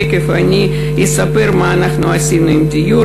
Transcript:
תכף אני אספר מה אנחנו עשינו בנושא הדיור